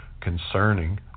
concerning